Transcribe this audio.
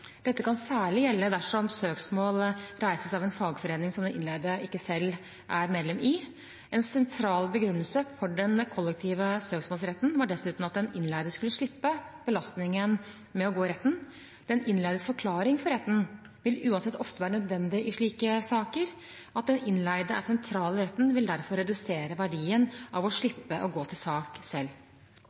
Dette kan særlig gjelde dersom søksmål reises av en fagforening som den innleide ikke selv er medlem i. En sentral begrunnelse for den kollektive søksmålsretten var dessuten at den innleide skulle slippe belastningen med å gå i retten. Den innleides forklaring for retten vil uansett ofte være nødvendig i slike saker. At den innleide er sentral i retten vil derfor redusere verdien av å slippe å gå til sak selv.